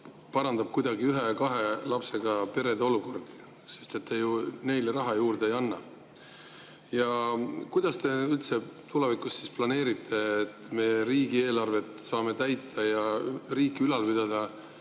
parandab kuidagi ühe ja kahe lapsega perede olukorda, sest te neile ju raha juurde ei anna. Kuidas te üldse tulevikus planeerite, et me riigieelarvet saame täita ja riiki ülal pidada,